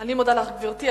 אני מודה לך, גברתי.